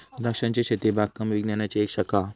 द्रांक्षांची शेती बागकाम विज्ञानाची एक शाखा हा